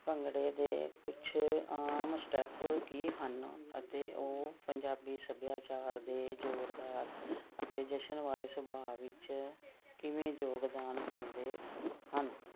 ਭੰਗੜੇ ਦੇ ਕੁਛ ਆਮ ਸਟੈਪ ਕੀ ਹਨ ਅਤੇ ਉਹ ਪੰਜਾਬੀ ਸੱਭਿਆਚਾਰ ਦੇ ਜ਼ੋਰਦਾਰ ਅਤੇ ਜਸ਼ਨ ਵਾਲੇ ਸੁਭਾਅ ਵਿੱਚ ਕਿਵੇਂ ਯੋਗਦਾਨ ਪਾਉਂਦੇ ਹਨ